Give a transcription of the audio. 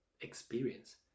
experience